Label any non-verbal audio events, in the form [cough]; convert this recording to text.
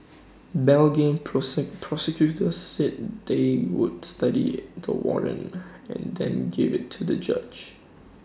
Belgian [unintelligible] prosecutors said they would study the warrant and then give IT to the judge